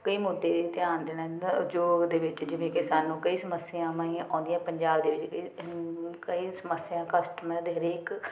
ਕਈ ਮੁੱਦੇ ਧਿਆਨ ਦੇਣਾ ਯੋਗ ਦੇ ਵਿੱਚ ਜਿਵੇਂ ਕਿ ਸਾਨੂੰ ਕਈ ਸਮੱਸਿਆਵਾਂ ਆਈਆਂ ਆਉਂਦੀਆਂ ਪੰਜਾਬ ਦੇ ਵਿੱਚ ਕਈ ਸਮੱਸਿਆ ਕਸਟਮਰ ਦੇ ਹਰੇਕ